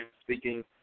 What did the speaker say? speaking